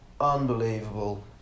unbelievable